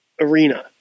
arena